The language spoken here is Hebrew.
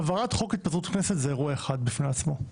העברת חוק התפזרות הכנסת, זה אירוע אחד בפני עצמו.